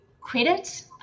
credit